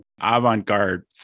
avant-garde